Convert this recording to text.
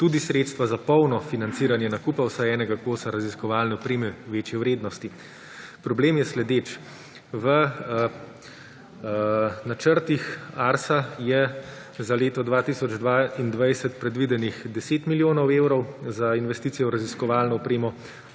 tudi sredstva za polno financiranje nakupa vsaj enega kosa raziskovalne opreme večje vrednosti. Problem je sledeč. V načrtih ARRS je za leto 2022 predvidenih 10 milijonov evrov, za investicije v raziskovalno opremo